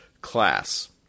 class